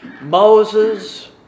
Moses